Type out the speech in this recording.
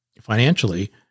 financially